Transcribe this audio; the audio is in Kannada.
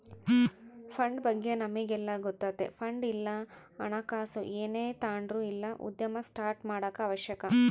ಫಂಡ್ ಬಗ್ಗೆ ನಮಿಗೆಲ್ಲ ಗೊತ್ತತೆ ಫಂಡ್ ಇಲ್ಲ ಹಣಕಾಸು ಏನೇ ತಾಂಡ್ರು ಇಲ್ಲ ಉದ್ಯಮ ಸ್ಟಾರ್ಟ್ ಮಾಡಾಕ ಅವಶ್ಯಕ